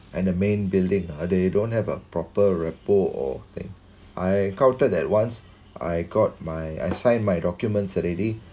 and the main building ah they don't have a proper rapport or thing I encountered that once I got my I signed my documents already